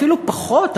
ואפילו פחות,